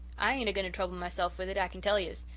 i ain't a-going to trouble myself with it, i can tell yez.